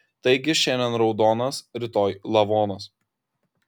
taigi šiandien raudonas rytoj lavonas